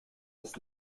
das